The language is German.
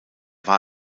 war